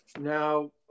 Now